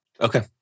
Okay